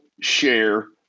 share